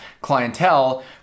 clientele